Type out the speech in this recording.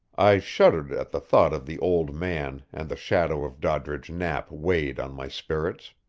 i shuddered at the thought of the old man, and the shadow of doddridge knapp weighed on my spirits.